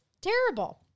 terrible